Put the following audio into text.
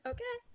Okay